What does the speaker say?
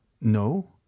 No